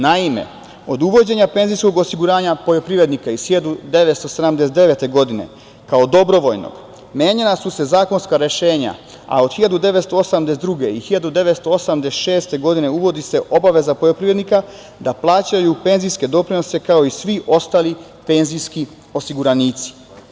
Naime, od uvođenja penzijskog osiguranja poljoprivrednika iz 1979. godine, kao dobrovoljnog menjala su se zakonska rešenja, a od 1982. i 1986. godine uvodi se obaveza poljoprivrednika da plaćaju penzijske doprinose kao i svi ostali penzijski osiguranici.